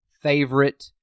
favorite